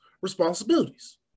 responsibilities